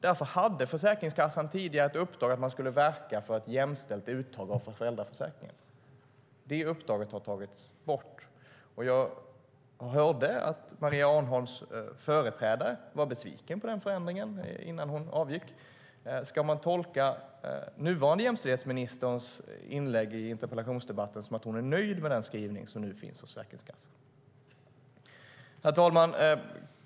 Därför hade Försäkringskassan tidigare ett uppdrag att verka för ett jämställt uttag av föräldraförsäkringen. Det uppdraget har tagits bort, och jag hörde att Maria Arnholms företrädare var besviken på den förändringen innan hon avgick. Ska man tolka nuvarande jämställdhetsministerns inlägg i interpellationsdebatten så att hon är nöjd med den skrivning som nu finns hos Försäkringskassan? Herr talman!